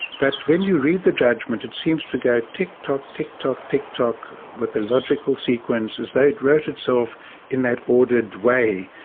but when you read the judgment, it seems to go tick-tock, tick-tock, tick-tock, with a logical sequence as though it wrote itself in that ordered way.